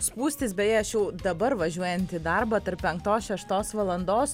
spūstys beje aš jau dabar važiuojant į darbą tarp penktos šeštos valandos